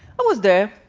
i was there,